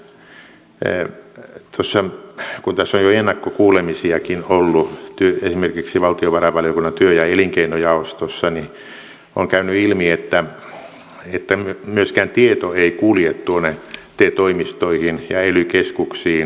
kun tässä on jo ennakkokuulemisiakin ollut esimerkiksi valtiovarainvaliokunnan työ ja elinkeinojaostossa niin on käynyt ilmi että myöskään tieto ei kulje te toimistoihin ja ely keskuksiin